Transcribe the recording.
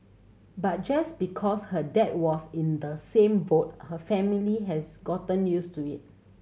but just because her dad was in the same boat her family has gotten used to it